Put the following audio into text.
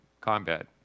combat